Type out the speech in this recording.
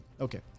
okay